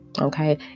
okay